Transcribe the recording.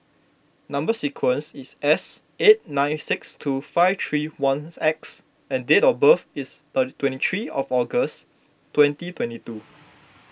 Number Sequence is S eight nine six two five three one X and date of birth is twenty three August twenty twenty two